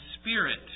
spirit